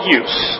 use